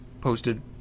posted